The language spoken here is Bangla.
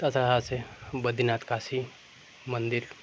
তাছাড়া আছে বদ্রীনাথ কাশী মন্দির